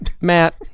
Matt